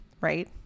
right